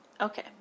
Okay